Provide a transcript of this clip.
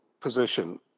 position